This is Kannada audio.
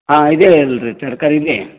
ಹಾಂ ಇದೆಯಲ್ಲ ರೀ ತರಕಾರಿ ಇಲ್ಲಿ